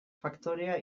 faktorea